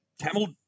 camel